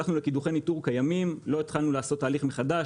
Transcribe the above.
הלכנו לקידוחי ניטור קיימים לא התחלנו לעשות תהליך מחדש,